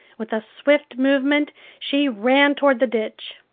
with a swift movement she ran toward the ditch.